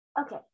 Okay